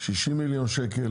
60 מיליון שקל,